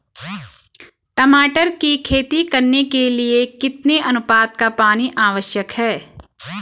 टमाटर की खेती करने के लिए कितने अनुपात का पानी आवश्यक है?